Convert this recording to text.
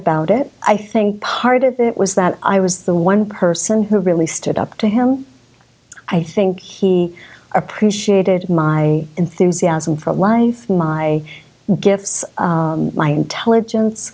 about it i think part of it was that i was the one person who really stood up to him i think he appreciated my enthusiasm for life my gifts my intelligence